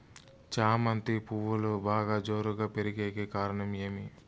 చామంతి పువ్వులు బాగా జోరుగా పెరిగేకి కారణం ఏమి?